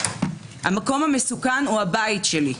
המקום המסוכן הוא הבית שלי.